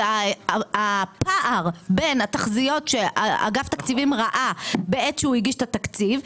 היא הפער בין התחזיות שאגף תקציבים ראה בעת שהוא הגיש את התקציב,